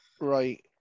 Right